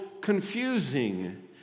confusing